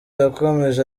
yakomeje